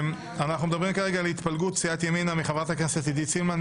אנחנו מדברים כרגע על התפלגות סיעת ימינה מחברת הכנסת עידית סילמן.